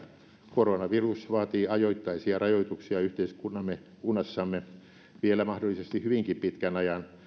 koronavirus vaatii ajoittaisia rajoituksia yhteiskunnassamme vielä mahdollisesti hyvinkin pitkän ajan